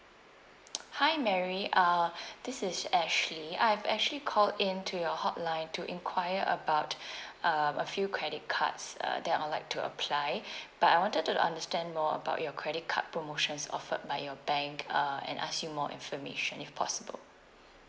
hi mary uh this is ashley I have actually called in to your hotline to inquire about um a few credit cards uh that I'd like to apply but I wanted to understand more about your credit card promotions offered by your bank uh and ask you more information if possible